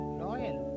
loyal